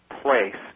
place